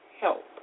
help